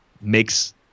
makes